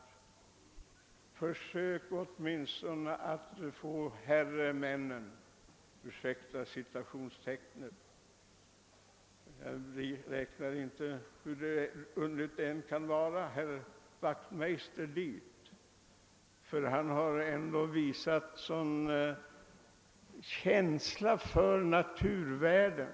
Försök åtminstone att härvidlag påverka »herremännen» — ursäkta citationstecknet! Hur underligt det än kan låta räknar vi inte herr Wachtmeister till dem; han har alltid visat stark känsla för naturvärden.